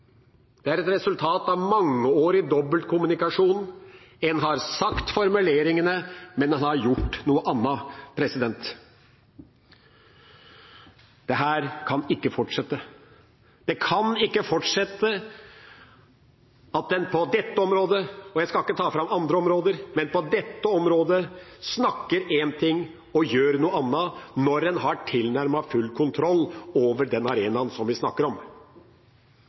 har gjort noe annet. Dette kan ikke fortsette. Det kan ikke fortsette at en på dette området, og jeg skal ikke ta fram andre områder, sier én ting og gjør noe annet, når en har tilnærmet full kontroll over arenaen vi snakker om.